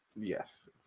Yes